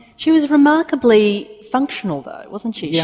she was remarkably functional though wasn't she, yeah